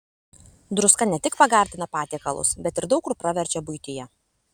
druska ne tik pagardina patiekalus bet ir daug kur praverčia buityje